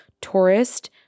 tourist